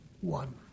one